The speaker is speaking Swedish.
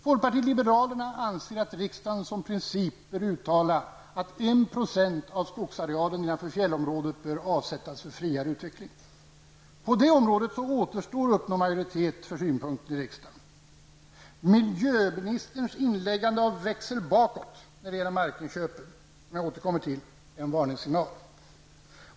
Folkpartiet liberalerna anser att riksdagen som princip bör uttala att 1 % av skogsarealen nedanför fjällområdet bör avsättas för friare utveckling, men det återstår att uppnå majoritet för denna synpunkt i riksdagen. Miljöministerns inläggande av växel bakåt när det gäller markinköpen, som jag återkommer till, är en varningssignal.